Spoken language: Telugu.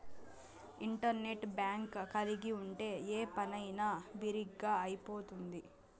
ఇంటర్నెట్ బ్యాంక్ కలిగి ఉంటే ఏ పనైనా బిరిగ్గా అయిపోతుంది